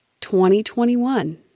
2021